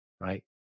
Right